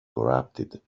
corrupted